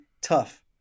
tough